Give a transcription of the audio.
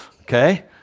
okay